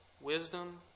wisdom